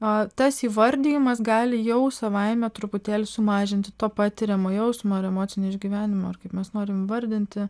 a tas įvardijimas gali jau savaime truputėlį sumažinti to patiriamo jausmo ir emocinį išgyvenimų ar kaip mes norim įvardinti